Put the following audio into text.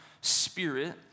spirit